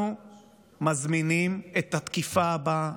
אנחנו מזמינים את התקיפה הבאה,